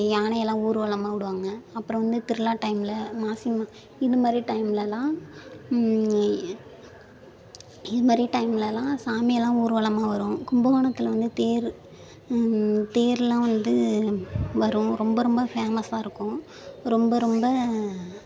யானையெல்லாம் ஊர்வலமாக விடுவாங்க அப்புறம் வந்து திருவிலா டைமில் மாசி ம இது மாதிரி டைமிலலாம் இது மாதிரி டைமிலலாம் சாமி எல்லாம் ஊர்வலமாக வரும் கும்பகோணத்தில் வந்து தேர் தேர்லாம் வந்து வரும் ரொம்ப ரொம்ப ஃபேமஸாக இருக்கும் ரொம்ப ரொம்ப